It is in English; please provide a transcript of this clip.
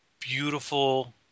beautiful